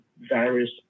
various